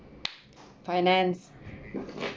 finance